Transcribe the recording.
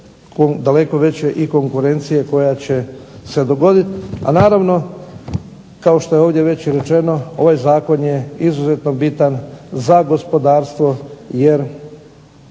daleko veće i konkurencije koja će se dogoditi. A naravno kao što je ovdje već i rečeno ovaj Zakon je izuzetno bitan za gospodarstvo jer